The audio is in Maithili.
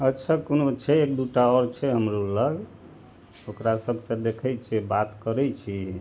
अच्छा कोनो छै एक दूटा आओर छै हमरो लग ओकरा सबसँ देखय छियै बात करय छी